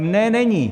Ne, není!